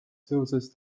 seoses